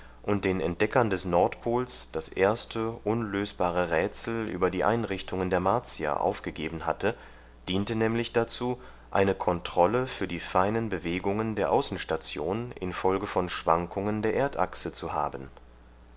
und den entdeckern des nordpols das erste unlösbare rätsel über die einrichtungen der martier aufgegeben hatte diente nämlich dazu eine kontrolle für die feinen bewegungen der außenstation infolge von schwankungen der erdachse zu haben